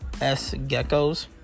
S-Geckos